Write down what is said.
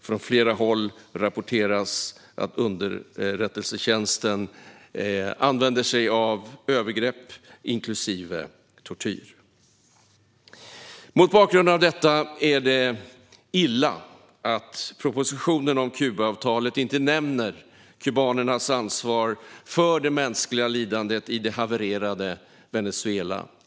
Från flera håll rapporteras att underrättelsetjänsten använder sig av övergrepp, inklusive tortyr. Mot bakgrund av detta är det illa att man i propositionen om Kubaavtalet inte nämner kubanernas ansvar för det mänskliga lidandet i det havererade Venezuela.